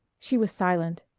she was silent.